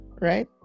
right